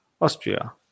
Austria